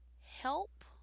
help